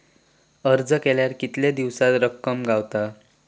अर्ज केल्यार कीतके दिवसात रक्कम गावता?